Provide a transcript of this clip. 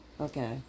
Okay